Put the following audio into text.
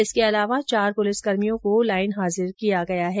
इसके अलावा चार पुलिसकर्मियों को भी लाईन हाजिर किया गया है